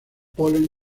polen